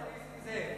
נמנע זה נסים זאב.